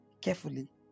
carefully